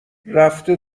رفته